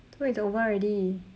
so it's over already